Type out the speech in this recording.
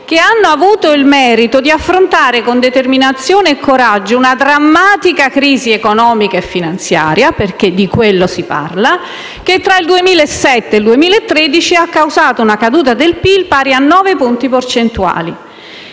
che hanno avuto il merito di affrontare con determinazione e coraggio una drammatica crisi economica e finanziaria, perché di quello si parla, che tra il 2007 e il 2013 ha causato una caduta del PIL pari a nove punti percentuali.